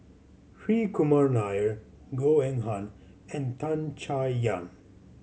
Hri Kumar Nair Goh Eng Han and Tan Chay Yan